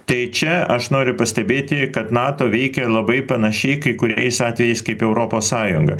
tai čia aš noriu pastebėti kad nato veikia labai panašiai kai kuriais atvejais kaip europos sąjunga